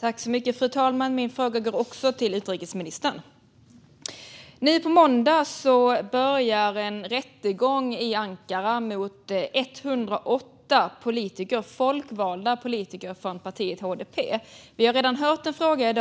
Fru talman! Också min fråga går till utrikesministern. Nu på måndag börjar en rättegång i Ankara mot 108 folkvalda politiker från partiet HDP. I dag har vi redan hört en fråga